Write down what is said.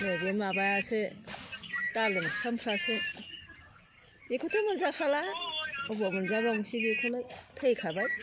नैबे माबायासो डालिम बिफांफ्रासो बेखौथ' मोनजाखाला बबाव मोनजाबावनोसै बेखौलाय थैखाबाय